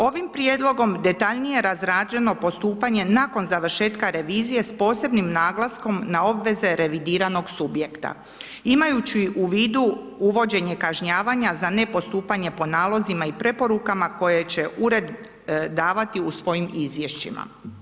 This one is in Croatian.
Ovim prijedlogom detaljnije je razrađeno postupanje nakon završetka revizije s posebnim naglaskom na obveze revidiranog subjekta imajući u vidu uvođenje kažnjavanja za nepostupanje po nalozima i preporukama koje će Ured davati u svojim izvješćima.